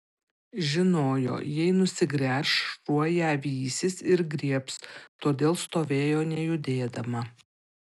žinojo jei nusigręš šuo ją vysis ir griebs todėl stovėjo nejudėdama